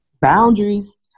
Boundaries